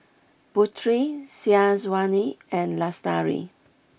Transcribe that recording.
Putri Syazwani and Lestari